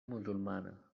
musulmana